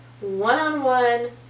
one-on-one